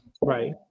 right